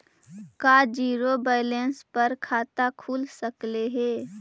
का zero balance पर खाता खुल सकले हे?